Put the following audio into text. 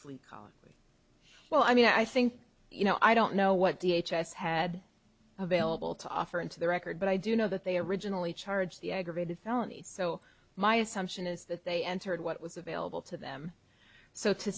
plea colloquy well i mean i think you know i don't know what d h has had available to offer into the record but i do know that they originally charged the aggravated felony so my assumption is that they entered what was available to them so to